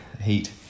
heat